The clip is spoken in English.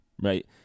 right